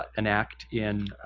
an act, in